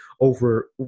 over